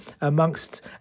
amongst